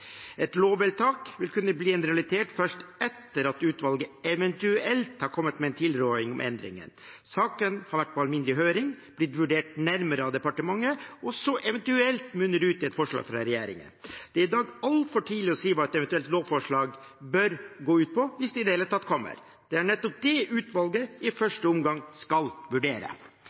Et lovvedtak vil kunne bli en realitet først etter at utvalget eventuelt har kommet med en tilråding om endringen. Saken har vært på alminnelig høring, blitt vurdert nærmere av departementet – og munner eventuelt ut i et forslag fra regjeringen. Det er i dag altfor tidlig å si hva et eventuelt lovforslag bør gå ut på, hvis det i det hele tatt kommer. Det er nettopp det utvalget i første omgang skal vurdere.